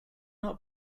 not